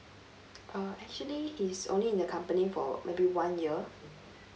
uh actually he is only in the company for maybe one year